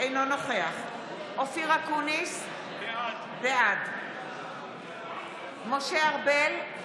אינו נוכח אופיר אקוניס, בעד משה ארבל, אינו נוכח